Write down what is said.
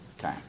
Okay